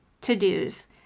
to-dos